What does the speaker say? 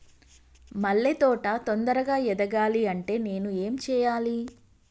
మల్లె తోట తొందరగా ఎదగాలి అంటే నేను ఏం చేయాలి?